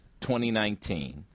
2019